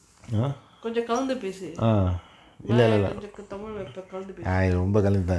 கொஞ்சோ கலந்து பேசு வாய கொஞ்சதுக்கு:konjo kalanthu pesu vaya konjathuku tamil lah இப்ப கலந்து பேசு:ippa kalanthu pesu